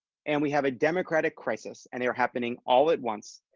and we have a democratic crisis, and they are happening all at once,